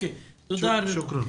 תודה.